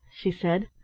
she said.